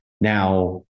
now